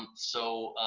so,